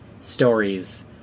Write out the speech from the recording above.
stories